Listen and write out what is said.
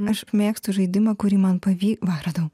aš mėgstu žaidimą kurį man pavykova radau